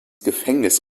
gefängnis